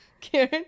Karen